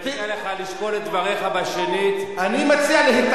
אני מציע לך לשקול את דבריך בשנית.